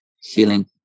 healing